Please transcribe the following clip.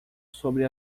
sobre